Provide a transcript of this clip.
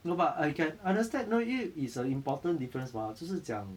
no but I can understand no 因为 it's a important difference mah 就是讲